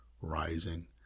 rising